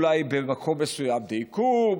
אם אולי במקום מסוים דייקו,